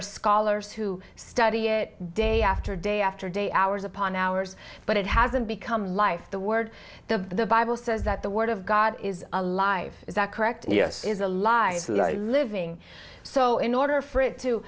are scholars who study it day after day after day hours upon hours but it hasn't become life the word the bible says that the word of god is alive is that correct yes is a lie living so in order for it to